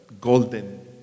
golden